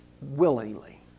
willingly